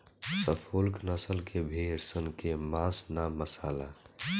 Suffolk नसल के भेड़ सन के मांस ना बासाला